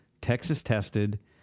Texas-tested